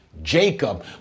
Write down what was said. Jacob